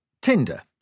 Tinder